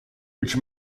which